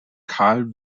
karl